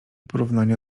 porównania